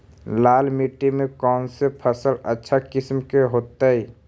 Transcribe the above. लाल मिट्टी में कौन से फसल अच्छा किस्म के होतै?